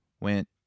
went